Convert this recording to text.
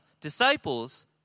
disciples